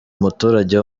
umuturage